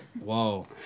Whoa